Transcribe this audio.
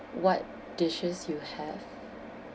what dishes you have